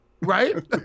right